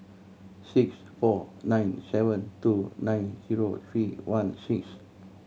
six four nine seven two nine zero three one six